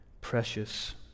precious